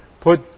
Put